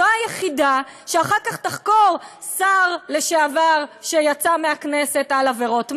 אותה יחידה שאחר כך תחקור שר לשעבר שיצא מהכנסת על עבירות מין,